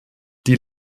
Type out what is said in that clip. die